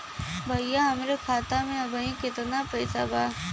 भईया हमरे खाता में अबहीं केतना पैसा बा?